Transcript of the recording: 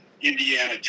Indiana